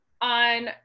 on